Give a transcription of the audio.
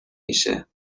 میشه